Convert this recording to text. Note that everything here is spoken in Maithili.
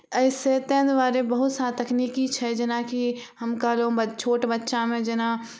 एहिसँ तें दुआरे बहुत सा तकनिकी छै जेनाकि हम कहलहुँ छोट बच्चामे जेना